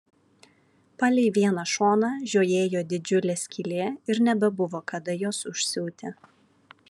palei vieną šoną žiojėjo didžiulė skylė ir nebebuvo kada jos užsiūti